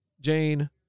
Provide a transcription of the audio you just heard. Jane